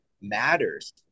matters